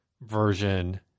version